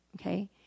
okay